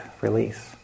release